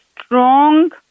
strong